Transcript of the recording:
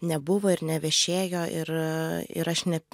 nebuvo ir nevešėjo ir ir aš net